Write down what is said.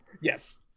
Yes